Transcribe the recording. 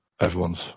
Everyone's